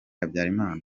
habyarimana